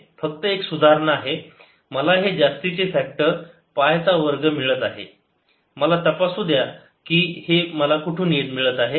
फक्त एक सुधारणा मला हे जास्तीचे फॅक्टर पायचा वर्ग मिळत आहे मला तपासू द्या की मला हे कुठून मिळत आहे